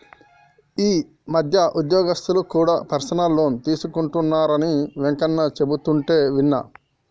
ఈ మధ్య ఉద్యోగస్తులు కూడా పర్సనల్ లోన్ తీసుకుంటున్నరని వెంకన్న చెబుతుంటే విన్నా